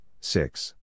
six